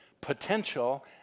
potential